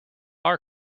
our